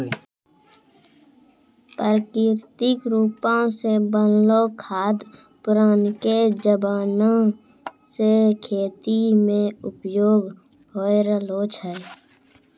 प्राकृतिक रुपो से बनलो खाद पुरानाके जमाना से खेती मे उपयोग होय रहलो छै